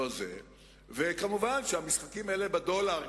ומובן שהמשחקים האלה בדולר,